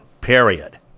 period